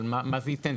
אבל מה זה ייתן?